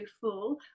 full